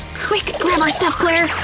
quick, grab our stuff, claire!